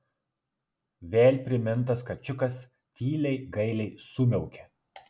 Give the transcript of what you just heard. vėl primintas kačiukas tyliai gailiai sumiaukė